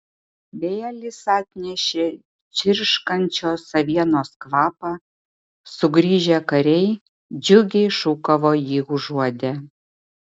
vėjelis atnešė čirškančios avienos kvapą sugrįžę kariai džiugiai šūkavo jį užuodę